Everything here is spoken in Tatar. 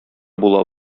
була